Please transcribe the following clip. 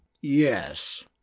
Yes